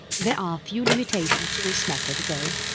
there are few limitations to this method though,